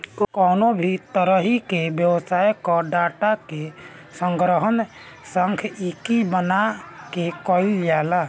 कवनो भी तरही के व्यवसाय कअ डाटा के संग्रहण सांख्यिकी बना के कईल जाला